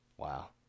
Wow